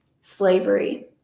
slavery